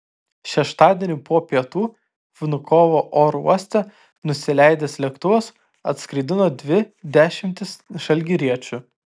šeštadienį po pietų vnukovo oro uoste nusileidęs lėktuvas atskraidino dvi dešimtis žalgiriečių